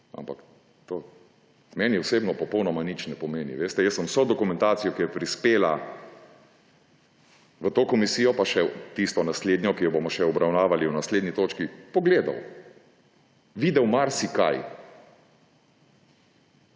ampak to meni osebno popolnoma nič ne pomeni. Jaz sem vso dokumentacijo, ki je prispela v to komisijo, pa še tisto naslednjo, ki jo bomo še obravnavali pri naslednji točki, pogledal, videl marsikaj.